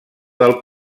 del